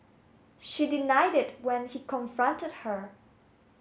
she denied it when he confronted her